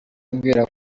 umbwira